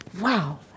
wow